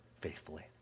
faithfully